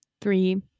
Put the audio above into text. Three